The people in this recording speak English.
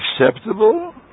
acceptable